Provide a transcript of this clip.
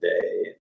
day